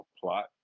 plot